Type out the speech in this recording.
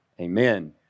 Amen